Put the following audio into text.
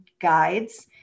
guides